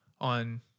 on